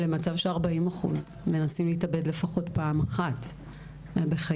למצב ש-40% מנסים להתאבד לפחות פעם אחת בחייהם.